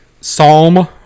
Psalm